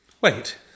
wait